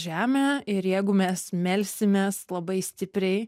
žemė ir jeigu mes melsimės labai stipriai